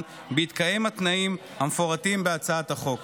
בהתקיים התנאים המפורטים בהצעת החוק.